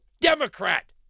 Democrat